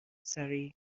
سریع